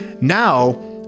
now